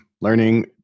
learning